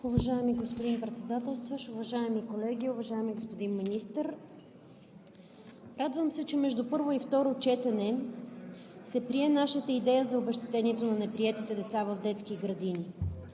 Уважаеми господин Председателстващ, уважаеми колеги, уважаеми господин Министър! Радвам се, че между първо и второ четене се прие нашата идея за обезщетението на неприетите деца в детски градини.